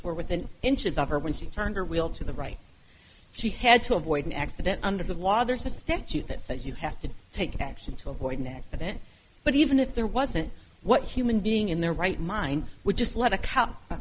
were within inches of her when she turned her will to the right she had to avoid an accident under the law there's a statute that says you have to take action to avoid an accident but even if there wasn't what human being in their right mind would just let a